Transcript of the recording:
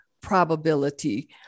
Probability